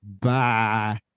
Bye